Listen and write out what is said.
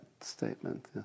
statement